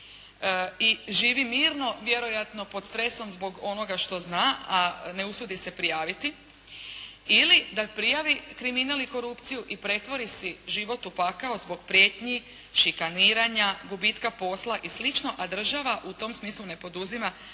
i živi mirno vjerojatno pod stresom zbog onoga što zna, a ne usudi se prijaviti ili da prijavi kriminal i korupciju i pretvori si život u pakao zbog prijetnji, šikaniranja, gubitka posla i sl. a država u tom smislu ne poduzima